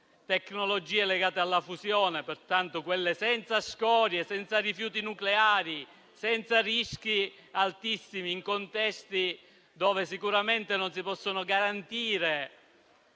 tecnologie legate alla fusione, quelle senza scorie, senza rifiuti nucleari e senza rischi altissimi, in contesti dove sicuramente non si possono garantire